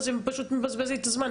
אבל זה פשוט מבזבז לי את הזמן.